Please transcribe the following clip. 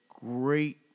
great